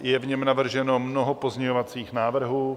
Je v něm navrženo mnoho pozměňovacích návrhů.